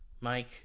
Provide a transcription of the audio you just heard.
Mike